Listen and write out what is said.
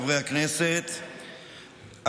חברי הכנסת,